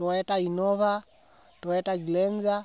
Toyota Innova Toyota Glanza